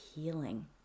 healing